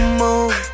move